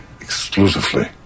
exclusively